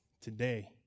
today